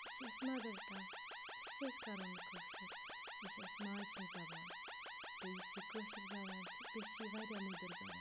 یہِ چھِ اَسہِ مَدَر ٹنٛگ أسۍ کیٛازِ کَرو نہٕ کٲشُر یہِ چھِ اَسہِ ماجہِ ہٕنٛز زبان تہٕ یُس یہِ کٲشِر زبان چھِ بیٚیہِ چھِ یہِ واریاہ مٔدٕر زبان